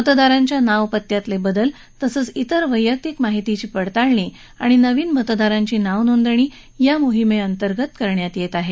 मतदारांच्या नाव पत्यातले बदल तसंच तेर वैयक्तिक माहितीची पडताळणी आणि नवीन मतदारांची नाव नोंदणी या मोहिमेअंतर्गत करण्यात येत आहे